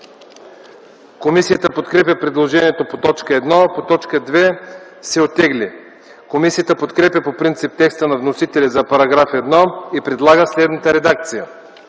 Комисията подкрепя предложението по т. 1, а по т. 2 се оттегли. Комисията подкрепя по принцип текста на вносителя за § 1 и предлага следната редакция: